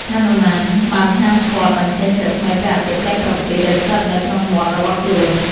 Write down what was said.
ហនុមានបានហាមាត់បញ្ចេញរស្មីព្រះអាទិត្យទាំង៧ ដែលស្ថិតនៅក្នុងមាត់របស់ខ្លួន។